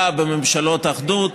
היה בממשלות אחדות.